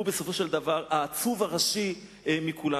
והוא בסופו של דבר העצוב הראשי מכולנו.